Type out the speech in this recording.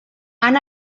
han